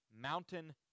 mountain